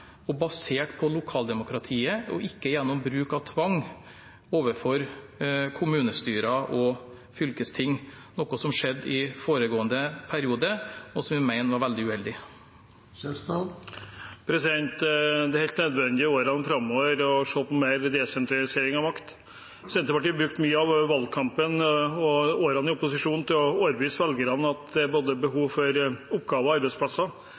og basert på lokaldemokratiet og ikke gjennom bruk av tvang overfor kommunestyrer og fylkesting, noe som skjedde i foregående periode, og som vi mener var veldig uheldig. Det er helt nødvendig i årene framover å se på mer desentralisering av makt. Senterpartiet brukte mye av valgkampen og årene i opposisjon til å overbevise velgerne om at det er behov for både oppgaver og arbeidsplasser.